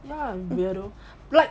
ya weirdo like